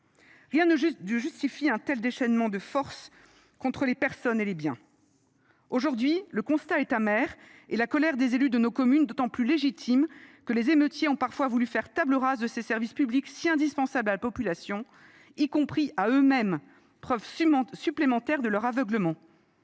Rien ne justifie un tel déchaînement de violence contre les personnes et les biens. Aujourd’hui, le constat est amer, et la colère des élus de nos communes est d’autant plus légitime que les émeutiers ont voulu faire table rase des services publics, pourtant si indispensables à la population, y compris à eux mêmes. C’est la preuve supplémentaire de leur aveuglement.